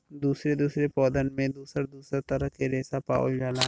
दुसरे दुसरे पौधन में दुसर दुसर तरह के रेसा पावल जाला